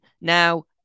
now